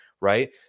right